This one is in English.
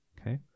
okay